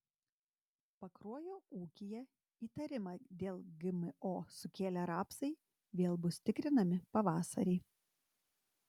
pakruojo ūkyje įtarimą dėl gmo sukėlę rapsai vėl bus tikrinami pavasarį